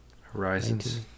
Horizons